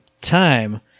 time